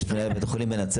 יש את מנהל בית החולים בנצרת.